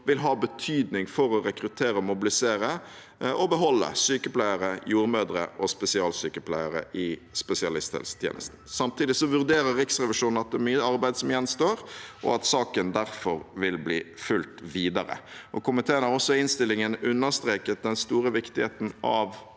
vil ha betydning for å rekruttere, mobilisere og beholde sykepleiere, jordmødre og spesialsykepleiere i spesialisthelsetjenesten. Samtidig vurderer Riksrevisjonen at det er mye arbeid som gjenstår, og at saken derfor vil bli fulgt videre. Komiteen har også i innstillingen understreket den store viktigheten av